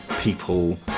people